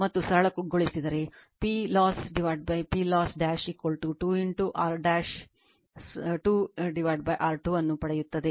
ಮತ್ತು ಸರಳಗೊಳಿಸಿದರೆ PLoss PLoss 2 r 2 r2 ಅನ್ನು ಪಡೆಯುತ್ತದೆ